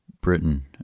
Britain